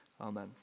amen